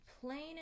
plain